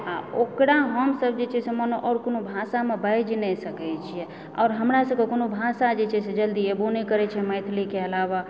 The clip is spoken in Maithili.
आ ओकरा हमसब जे छै से मानो आओर कोनो भाषामे बाजि नहि सकय छियै आओर हमरा सबकेँ कोनो भाषा जे छै से जल्दी एबो नहि करए छै मैथिलीके अलावा